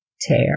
tear